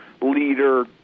leader